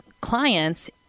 clients